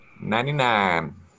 Ninety-nine